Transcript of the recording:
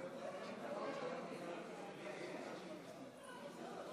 מתן פתרון מיידי לזוגות לפני הנישואים שנמנע מהם